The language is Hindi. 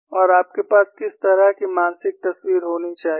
और आपके पास किस तरह की मानसिक तस्वीर होनी चाहिए